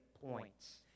points